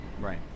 Right